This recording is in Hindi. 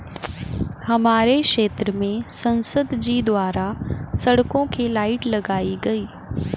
हमारे क्षेत्र में संसद जी द्वारा सड़कों के लाइट लगाई गई